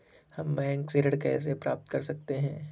हम बैंक से ऋण कैसे प्राप्त कर सकते हैं?